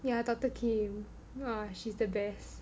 ya Doctor Kim !wah! she's the best